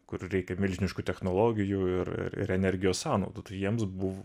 kur reikia milžiniškų technologijų ir ir ir energijos sąnaudų tai jiems buv